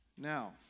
Now